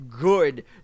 Good